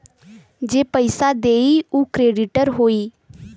जे पइसा देई उ क्रेडिटर होई